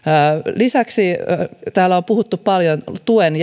lisäksi täällä on puhuttu paljon tuen